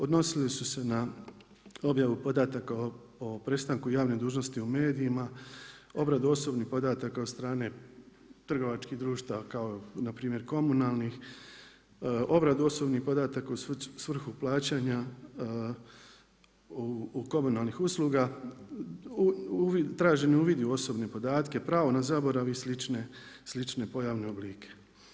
Odnosili su se na objavu podataka o prestanku javne dužnosti u medijima, obradu osobnih podataka od strane trgovačkih društava kao npr. komunalnih, obradu osobnih podataka u svrhu plaćanja komunalnih usluga, traženi uvidi u osobne podatke, pravo na zaborav i slične pojavne oblike.